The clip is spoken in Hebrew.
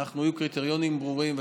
יהיו קריטריונים ברורים.